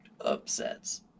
upsets